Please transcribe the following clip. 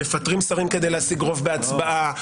מפטרים שרים כדי להשיג רוב בהצבעה,